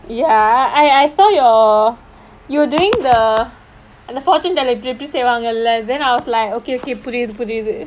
ya I I saw your you were doing the fortune teller இப்டி இப்டி செய்வாங்கள்ள:ipdi ipdi seivaangalla then I was like okay okay புரீது புரீது:pureethu pureethu